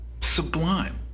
sublime